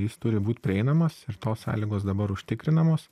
jis turi būt prieinamas ir tos sąlygos dabar užtikrinamos